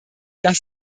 das